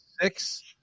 six